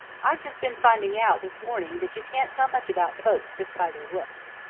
i've just been finding out this morning that you can't tell much about folks just by their looks.